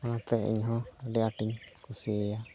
ᱚᱱᱟᱛᱮ ᱤᱧᱦᱚᱸ ᱟᱹᱰᱤ ᱟᱸᱴ ᱤᱧ ᱠᱩᱥᱤᱭᱟᱭᱟ